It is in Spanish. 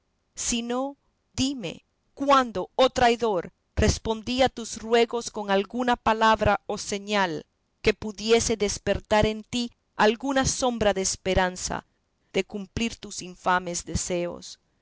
si no dime cuándo oh traidor respondí a tus ruegos con alguna palabra o señal que pudiese despertar en ti alguna sombra de esperanza de cumplir tus infames deseos